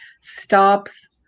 stops